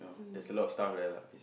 there's a lot of stuff there lah